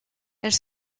elles